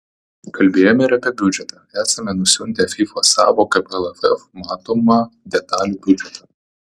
kalbėjome ir apie biudžetą esame nusiuntę fifa savo kaip lff matomą detalų biudžetą